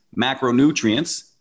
macronutrients